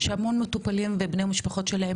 יש המון מטופלים ובני המשפחות שלהם,